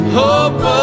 hope